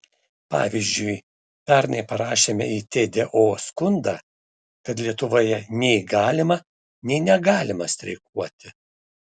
pavyzdžiui pernai parašėme į tdo skundą kad lietuvoje nei galima nei negalima streikuoti